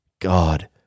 God